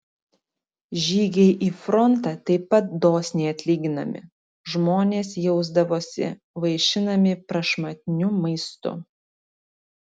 žygiai į frontą taip pat dosniai atlyginami žmonės jausdavosi vaišinami prašmatniu maistu